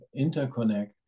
interconnect